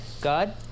God